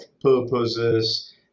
purposes